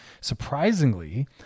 Surprisingly